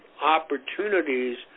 opportunities